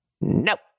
Nope